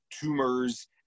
tumors